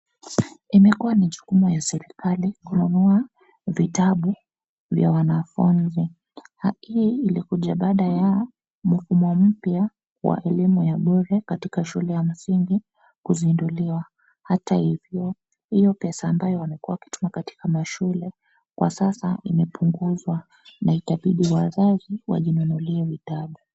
Imekuwa ni jukumu ya serikali kununua vitabu vya wanafunzi. Haki hii ilikuja baada ya mfumo mpya wa elimu ya bure katika shule ya msingi kuzinduliwa. Hata hivyo, hiyo pesa ambayo wamekuwa wakituma katika mashule kwa sasa imepunguzwa na itabidi wazazi wajinunulie vitabu.